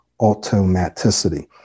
automaticity